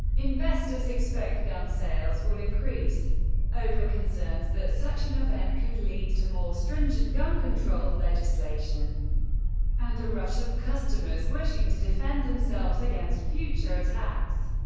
investors expect gun sales will increase over concerns that such an event could lead to more stringent gun-control legislation and a rush of customers wishing to defend themselves against future attacks.